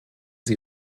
sie